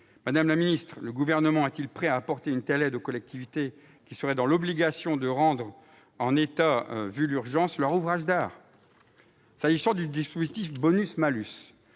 Madame la ministre, le Gouvernement est-il prêt à apporter une telle aide aux collectivités qui seraient dans l'obligation de remettre en état leurs ouvrages d'art en urgence ? S'agissant du dispositif de bonus-malus,